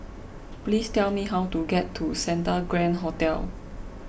please tell me how to get to Santa Grand Hotel